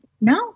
No